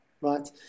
right